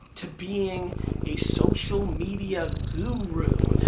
to being a social media guru.